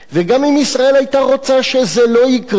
וגם אם ישראל היתה רוצה שזה לא יקרה,